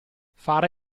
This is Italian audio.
fare